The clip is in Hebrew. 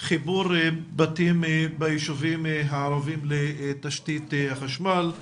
חיבור בתים ביישובים הערביים לתשתית חשמל,